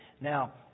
Now